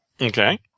Okay